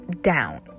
down